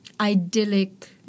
idyllic